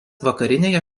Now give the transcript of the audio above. vakarinėje